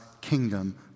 kingdom